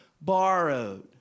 borrowed